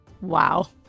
Wow